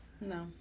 No